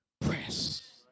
press